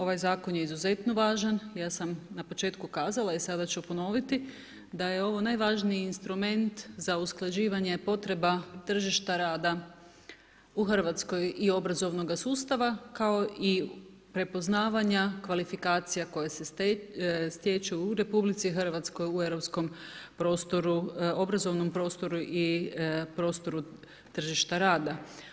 Ovaj zakon je izuzetno važan i ja sam na početku kazala i sada ću ponoviti da je ovo najvažniji instrument za usklađivanje potreba tržišta rada u Hrvatskoj i obrazovnoga sustava, kao i prepoznavanja kvalifikacija koje se stječu u Republici Hrvatskoj, u europskom prostoru obrazovnom prostoru i prostoru tržišta rada.